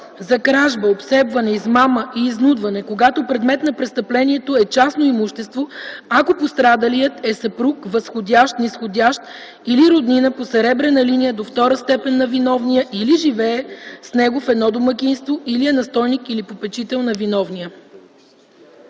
за кражба, обсебване, измама и изнудване, когато предмет на престъплението е частно имущество, ако пострадалият е съпруг, възходящ, низходящ или роднина по съребрена линия до втора степен на виновния или живее с него в едно домакинство, или е настойник или попечител на виновния.”